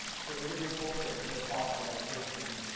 for individuals there's no costs for medications,